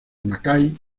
mackay